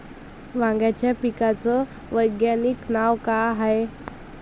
वांग्याच्या पिकाचं वैज्ञानिक नाव का हाये?